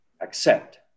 accept